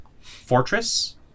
fortress